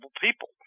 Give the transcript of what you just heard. people